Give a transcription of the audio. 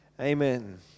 Amen